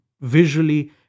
visually